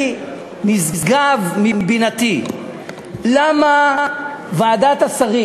נשגב מבינתי למה ועדת השרים,